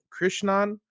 Krishnan